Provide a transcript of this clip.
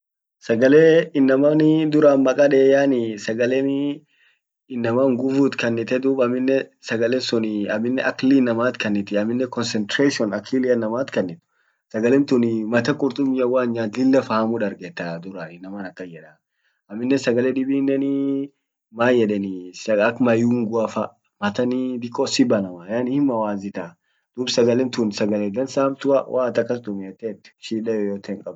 Sagalee innamanii duran maqa deee yani sagalenii innama nguvu itkannite duub aminen sagale sun akli innamat kannit aminen concentration akilia innamat kannit sagalen tunii mata qurtumia woat nyaat lilla fahamu dargetta duran innaman akan yeeda aminen sagale dibinnenii man yedanii ak mayunguafa matanii diqo sibanama yani hin mawazita dum sagalen tun sagale dansa hamtua woat akas tumiettet shida yeyote hin qabduu.